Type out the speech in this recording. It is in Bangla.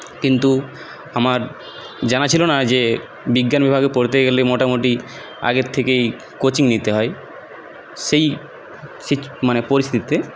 কিন্তু আমার জানা ছিলো না যে বিজ্ঞানবিভাগে পড়তে গেলে মোটামুটি আগের থেকেই কোচিং নিতে হয় সেই সিচ মানে পরিস্থিতিতে